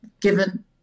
given